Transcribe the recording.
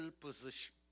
position